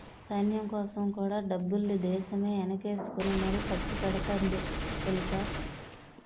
సైన్యంకోసం కూడా డబ్బుల్ని దేశమే ఎనకేసుకుని మరీ ఖర్చుపెడతాంది తెలుసా?